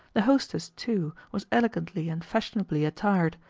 the hostess, too, was elegantly and fashionably attired,